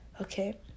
okay